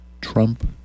Trump